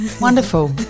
Wonderful